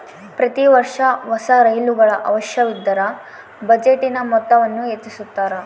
ಪ್ರತಿ ವರ್ಷ ಹೊಸ ರೈಲುಗಳ ಅವಶ್ಯವಿದ್ದರ ಬಜೆಟಿನ ಮೊತ್ತವನ್ನು ಹೆಚ್ಚಿಸುತ್ತಾರೆ